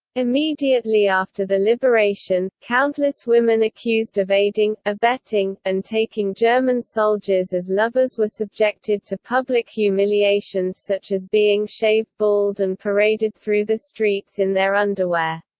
immediately after the liberation, countless women accused of aiding, abetting, and taking german soldiers as lovers were subjected to public public humiliations such as being shaved bald and paraded through the streets in their underwear.